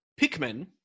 Pikmin